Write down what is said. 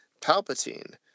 Palpatine